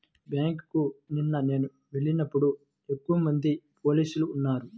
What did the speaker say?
బ్యేంకుకి నిన్న నేను వెళ్ళినప్పుడు ఎక్కువమంది పోలీసులు ఉన్నారు